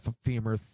femur